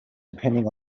depending